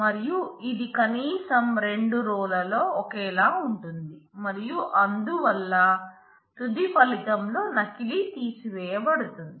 మరియు ఇది కనీసం రెండు రోల లో ఒకేలా ఉంటుంది మరియు అందువల్ల తుది ఫలితం లో నకిలీ తీసివేయబడుతుంది